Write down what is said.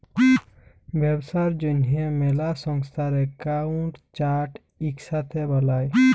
ব্যবসার জ্যনহে ম্যালা সংস্থার একাউল্ট চার্ট ইকসাথে বালায়